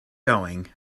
going